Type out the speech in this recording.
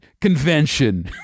Convention